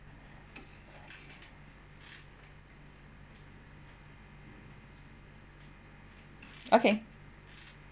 okay